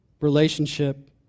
relationship